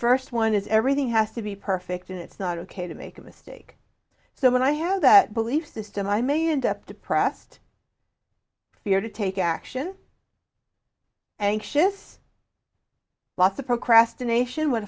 first one is everything has to be perfect and it's not ok to make a mistake so when i have that belief system i may end up depressed fear to take action anxious lots of procrastination what